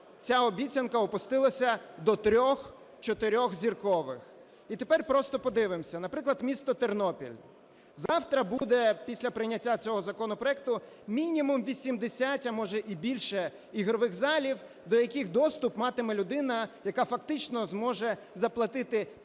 ця обіцянка опустилася до 3-4-зіркових. І тепер просто подивимось. Наприклад, місто Тернопіль. Завтра буде, після прийняття цього законопроекту, мінімум 80, а, може, і більше ігрових залів, до яких доступ матиме людина, яка фактично зможе заплатити 500